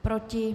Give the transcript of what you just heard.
Proti?